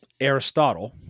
Aristotle-